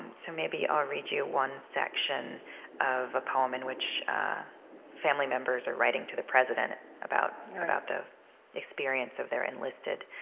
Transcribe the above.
so maybe i'll read you one section of a poem in which family members are writing to the president about about the experience of their enlisted